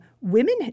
women